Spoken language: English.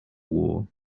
war